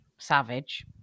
Savage